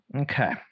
okay